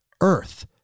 earth